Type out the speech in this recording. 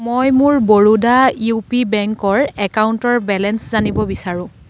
মই মোৰ Baroda U P বেংকৰ একাউণ্টৰ বেলেঞ্চ জানিব বিচাৰোঁ